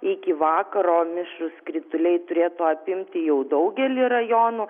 iki vakaro mišrūs krituliai turėtų apimti jau daugelį rajonų